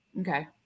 okay